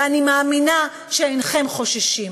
ואני מאמינה שאינכם חוששים.